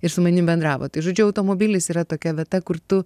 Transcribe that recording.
ir su manim bendravo tai žodžiu automobilis yra tokia vieta kur tu